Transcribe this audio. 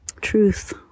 truth